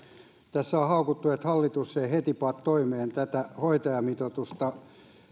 tässä on haukuttu että hallitus ei heti pane toimeen tätä hoitajamitoitusta